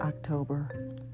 October